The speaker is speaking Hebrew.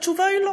התשובה היא לא.